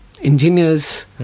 engineers